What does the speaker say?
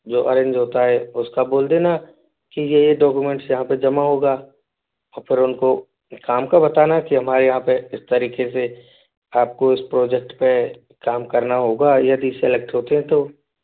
जो अरेंज होता है उसका बोल देना कि ये ये डॉक्यूमेंट्स यहाँ पे जमा होगा ओ फिर उनको एक काम का बताना की हमारे यहाँ पे इस तरीके से आपको इस प्रोजेक्ट पे काम करना होगा यदि सेलेक्ट होते हैं तो